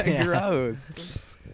Gross